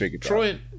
Troy